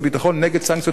נגד סנקציות על אירן,